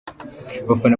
abafana